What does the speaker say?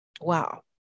Wow